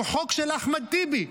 הוא חוק של אחמד טיבי.